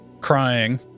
crying